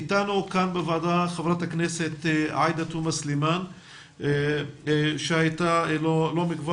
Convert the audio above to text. איתנו כאן בוועדה חברת הכנסת עאידה תומא סלימאן שהייתה לא מכבר